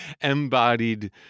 embodied